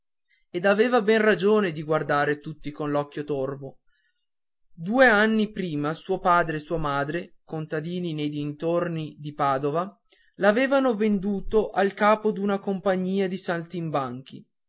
e aveva ben ragione di guardare tutti con l'occhio torvo due anni prima suo padre e sua madre contadini nei dintorni di padova l'avevano venduto al capo d'una compagnia di saltimbanchi il